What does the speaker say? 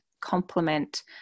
complement